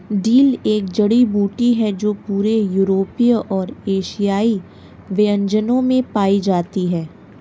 dill एक जड़ी बूटी है जो पूरे यूरोपीय और एशियाई व्यंजनों में पाई जाती है